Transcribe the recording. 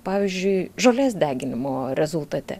pavyzdžiui žolės deginimo rezultate